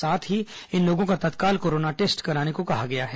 साथ ही इन लोगों का तत्काल कोरोना टेस्ट कराने को कहा गया है